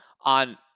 on